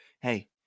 hey